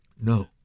No